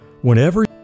Whenever